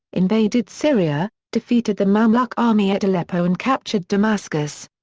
invaded syria, defeated the mamluk army at aleppo and captured damascus.